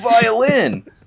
violin